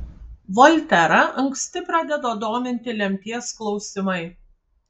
volterą anksti pradeda dominti lemties klausimai